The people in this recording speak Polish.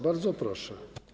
Bardzo proszę.